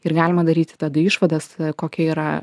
ir galima daryti tada išvadas kokia yra